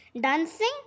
dancing